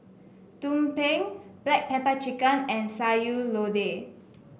Tumpeng Black Pepper Chicken and Sayur Lodeh